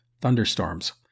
thunderstorms